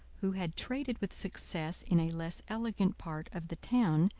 who had traded with success in a less elegant part of the town,